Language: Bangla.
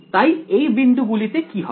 তাই এই বিন্দু গুলিতে কি হবে